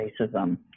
racism